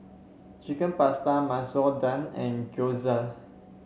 Chicken Pasta Masoor Dal and Gyoza